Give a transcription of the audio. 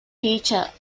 ޓީޗަރ